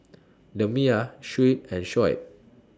Damia Shuib and Shoaib